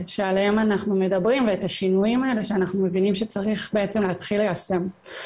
שעליהם אנחנו מדברים ואת השינויים האלה שצריך שבעצם צריך ליישם.